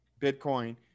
Bitcoin